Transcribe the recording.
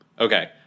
okay